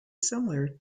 similar